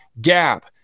gap